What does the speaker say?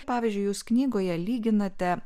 pavyzdžiui jūs knygoje lyginate